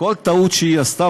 כל טעות שהיא עשתה,